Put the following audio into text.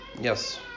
Yes